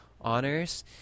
honors